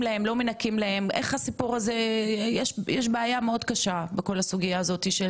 יש בעיה מאוד קשה בכל הסוגייה הזאת של תקופת ההתארגנות והקורונה.